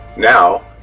now,